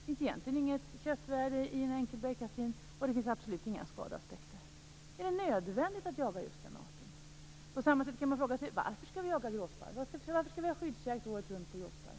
Det finns egentligen inget köttvärde i den och absolut inga skadeaspekter. Är det nödvändigt att jaga just den arten? På samma sätt kan man fråga sig: Varför skall vi jaga gråsparv? Varför skall vi ha skyddsjakt året runt på gråsparv?